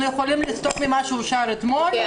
אנחנו יכולים לסטות ממה שאושר אתמול.